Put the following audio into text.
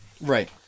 Right